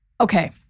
okay